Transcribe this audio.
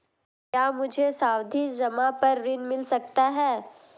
क्या मुझे सावधि जमा पर ऋण मिल सकता है?